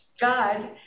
God